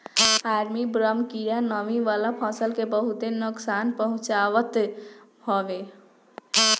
army worm कीड़ा नमी वाला फसल के बहुते नुकसान पहुंचावत हवे